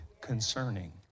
concerning